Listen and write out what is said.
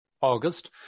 August